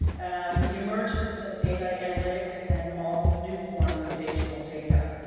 the emergence of data analytics and all new forms of digital data.